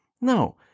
No